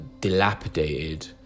dilapidated